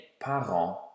parents